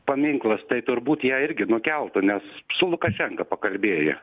paminklas tai turbūt ją irgi nukeltų nes su lukašenka pakalbėjo